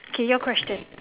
okay your question